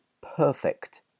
perfect